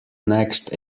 next